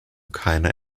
keiner